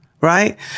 right